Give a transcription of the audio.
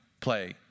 play